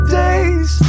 days